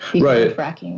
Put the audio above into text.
Right